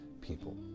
people